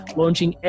launching